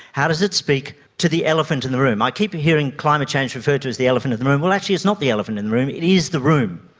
how does it speak to the elephant in the room? i keep hearing climate change referred to as the elephant in the room. well, actually it's not the elephant in the room, it is the room,